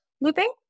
looping